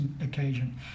occasion